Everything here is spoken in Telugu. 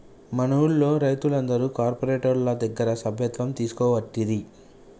మనూళ్లె రైతులందరు కార్పోరేటోళ్ల దగ్గర సభ్యత్వం తీసుకోవట్టిరి